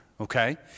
Okay